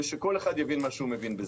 ושכל אחד יבין מה שהוא מבין בזה.